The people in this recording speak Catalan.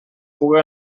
puga